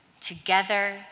together